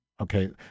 Okay